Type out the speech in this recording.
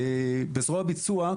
בזרוע ביצוע,